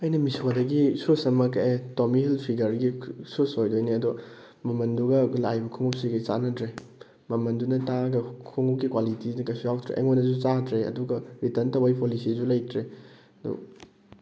ꯑꯩꯅ ꯃꯤꯁꯣꯗꯒꯤ ꯁꯨꯁ ꯑꯃ ꯀꯛꯑꯦ ꯇꯣꯃꯤꯍꯤꯜ ꯐꯤꯒꯔꯒꯤ ꯁꯨꯁ ꯑꯣꯏꯗꯣꯏꯅꯦ ꯑꯗꯣ ꯃꯃꯜꯗꯨꯒ ꯑꯩꯈꯣꯏ ꯂꯥꯛꯏꯕ ꯈꯣꯡꯎꯞꯁꯤꯒ ꯆꯥꯟꯅꯗ꯭ꯔꯦ ꯃꯃꯜꯗꯨꯅ ꯇꯥꯡꯉꯒ ꯈꯣꯡꯎꯞꯀꯤ ꯀ꯭ꯋꯥꯂꯤꯇꯤꯗꯤ ꯀꯩꯁꯨ ꯌꯥꯎꯗ꯭ꯔꯦ ꯑꯩꯉꯣꯟꯗꯁꯨ ꯆꯥꯗ꯭ꯔꯦ ꯑꯗꯨꯒ ꯔꯤꯇꯔꯟ ꯇꯧꯕꯩ ꯄꯣꯂꯤꯁꯤꯁꯨ ꯂꯩꯇ꯭ꯔꯦ ꯑꯗꯣ